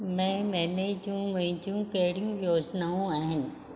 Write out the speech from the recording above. मे महिने जूं मुंहिंजूं कहिड़ियूं योजनाऊं आहिनि